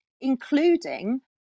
including